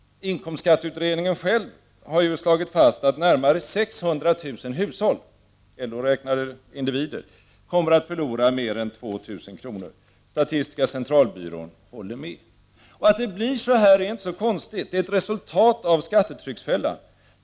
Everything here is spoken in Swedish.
Inkomstskatteutredningen själv har ju slagit fast att närmare 600000 hushåll — LO räknar individer — kommer att förlora mer än 2000 kr. Statisktiska centralbyrån håller med. Att det blir så här är inte så konstigt. Det är ett resultat av skattetrycksfällan.